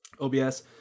obs